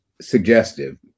suggestive